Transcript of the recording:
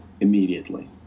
immediately